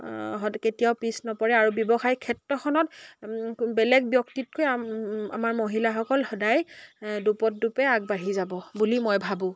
কেতিয়াও পিছ নপৰে আৰু ব্যৱসায় ক্ষেত্ৰখনত বেলেগ ব্যক্তিতকৈ আমাৰ মহিলাসকল সদায় দুপত দোপে আগবাঢ়ি যাব বুলি মই ভাবোঁ